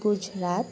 Gujarat